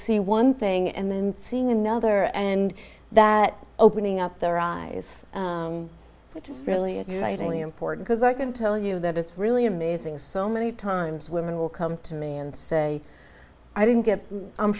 see one thing and then seeing another and that opening up their eyes which is really exciting important because i can tell you that it's really amazing so many times women will come to me and say i didn't get i'm